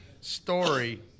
story